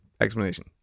explanation